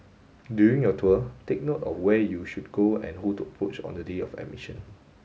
during your tour take note of where you should go and who to approach on the day of admission